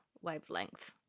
wavelength